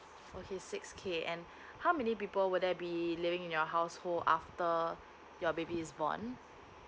okay six K and how many people will there be living in your household after your baby is born